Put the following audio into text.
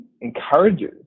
encourages